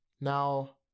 Now